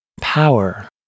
power